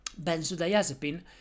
benzodiazepine